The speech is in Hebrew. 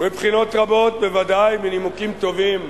מבחינות רבות בוודאי מנימוקים טובים,